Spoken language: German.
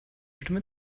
stimme